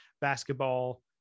basketball